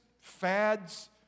fads